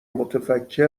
متفکر